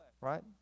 Right